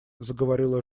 заговорила